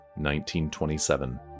1927